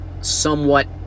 somewhat